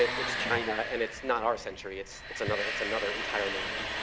it's china and it's not our century it's, it's another, it's another entire millennium.